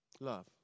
love